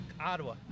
ottawa